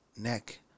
neck